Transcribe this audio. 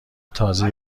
تازه